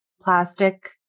plastic